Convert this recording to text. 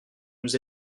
nous